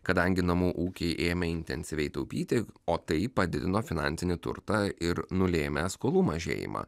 kadangi namų ūkiai ėmė intensyviai taupyti o tai padidino finansinį turtą ir nulėmę skolų mažėjimą